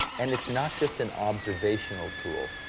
and it's not just an observational tool.